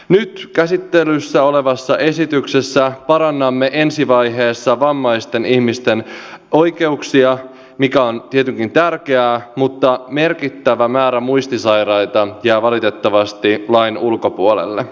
nyt käsittelyssä olevassa esityksessä parannamme ensi vaiheessa vammaisten ihmisten oikeuksia mikä on tietenkin tärkeää mutta merkittävä määrä muistisairaita jää valitettavasti lain ulkopuolelle